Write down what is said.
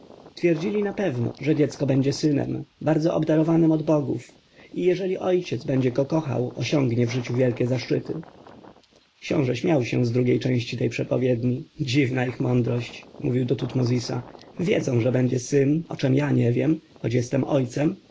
twierdzili na pewno że dziecko będzie synem bardzo obdarowanym od bogów i jeżeli ojciec będzie go kochał osiągnie w życiu wielkie zaszczyty książę śmiał się z drugiej części tej przepowiedni dziwna ich mądrość mówił do tutmozisa wiedzą że będzie syn o czem ja nie wiem choć jestem ojcem